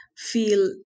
feel